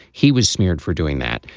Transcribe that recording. he was smeared for doing that.